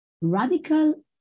radical